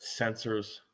sensors